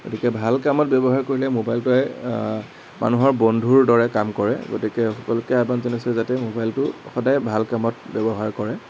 গতিকে ভাল কামত ব্যৱহাৰ কৰিলে মবাইলটোৱেই মানুহৰ বন্ধুৰ দৰে কাম কৰে গতিকে সকলোকে আহ্বান জনাইছোঁ যাতে মবাইলটো সদায় ভাল কামত ব্যৱহাৰ কৰে